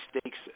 stakes